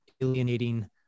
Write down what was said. alienating